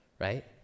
right